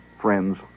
friends